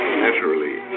naturally